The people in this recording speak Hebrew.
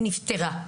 היא נפתרה.